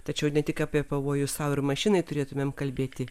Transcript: tačiau ne tik apie pavojų sau ir mašinai turėtumėm kalbėti